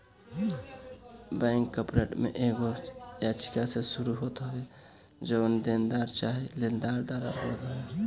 bankrupt में एगो याचिका से शुरू होत हवे जवन देनदार चाहे लेनदार दायर करत हवे